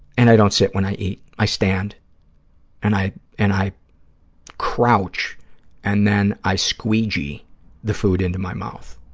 and i don't sit when i eat. i stand and i and i crouch and then i squeegee the food into my mouth.